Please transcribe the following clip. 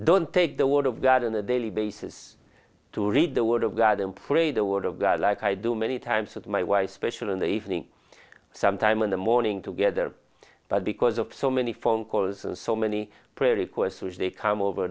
don't take the word of god on a daily basis to read the word of god and pray the word of god like i do many times with my wife special in the evening sometime in the morning together but because of so many phone calls and so many prairie courses they come over